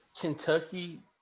Kentucky